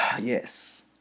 Yes